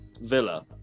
Villa